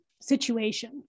situation